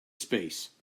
space